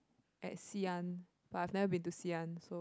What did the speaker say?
at Xi-An but I've never been to Xi-An so